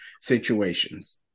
situations